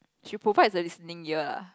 she provide the listening year lah